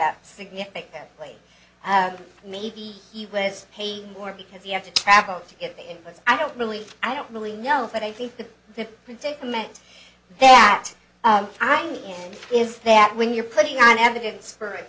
up significantly maybe he was paying more because he had to travel to get it but i don't really i don't really know but i think the predicament that i know is that when you're putting on evidence for it